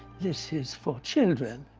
this is for children!